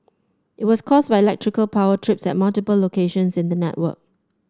it was caused by electrical power trips at multiple locations in the network